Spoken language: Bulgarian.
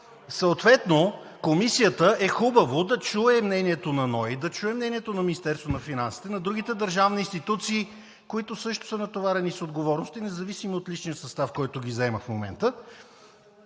Съответно Комисията е хубаво да чуе мнението на НОИ, да чуе мнението на Министерството на финансите, на другите държавни институции, които също са натоварени с отговорности, независимо от личния състав, който ги заема в момента.